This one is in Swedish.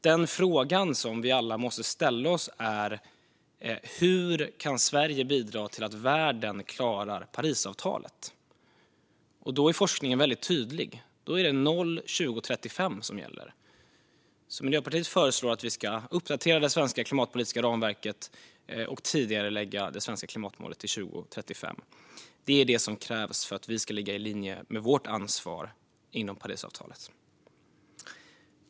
Den fråga vi alla måste ställa oss är: Hur kan Sverige bidra till att världen klarar Parisavtalet? Då är forskningen väldigt tydlig. Det är noll år 2035 som gäller. Miljöpartiet föreslår att vi ska uppdatera det svenska klimatpolitiska ramverket och tidigarelägga det svenska klimatmålet till 2035. Det är det som krävs för att vi ska ligga i linje med vårt ansvar inom Parisavtalet.